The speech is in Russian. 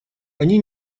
они